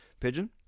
Pigeon